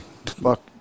Fuck